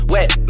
Wet